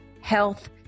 health